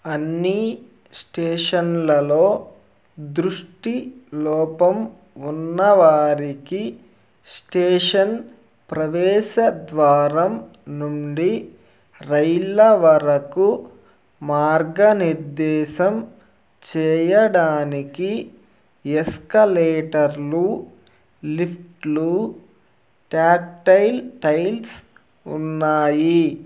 అన్నీ స్టేషన్లలో దృష్టి లోపం ఉన్నవారికి స్టేషన్ ప్రవేశద్వారం నుండి రైళ్ళ వరకు మార్గనిర్దేశం చెయ్యడానికి ఎస్కలేటర్లు లిఫ్ట్లు ట్యాక్టైల్ టైల్స్ ఉన్నాయి